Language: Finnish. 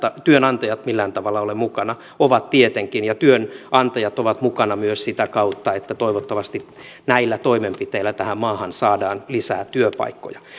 työnantajat millään tavalla ole mukana ovat tietenkin ja työnantajat ovat mukana myös sitä kautta että toivottavasti näillä toimenpiteillä tähän maahan saadaan lisää työpaikkoja